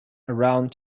around